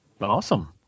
Awesome